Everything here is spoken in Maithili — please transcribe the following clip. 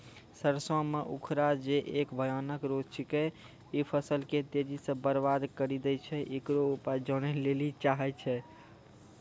सरसों मे उखरा जे एक भयानक रोग छिकै, इ फसल के तेजी से बर्बाद करि दैय छैय, इकरो उपाय जाने लेली चाहेय छैय?